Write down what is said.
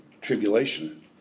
tribulation